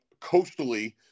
coastally